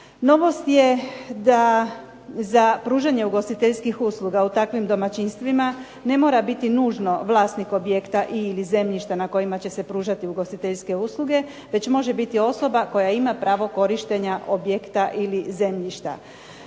Novost je da za pružanje ugostiteljskih usluga u takvim domaćinstvima ne mora biti nužno vlasnik objekta i/ili zemljišta na kojima će se pružati ugostiteljske usluge, već može biti osoba koja ima pravo korištenja objekta ili zemljišta.